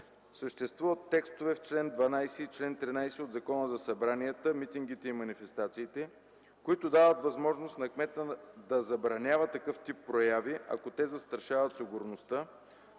Съществуват текстове в чл. 12 и в чл. 13 от Закона за събранията, митингите и манифестациите, които дават възможност на кмета да забранява такъв тип прояви, ако те застрашават сигурността,